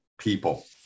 people